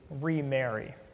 remarry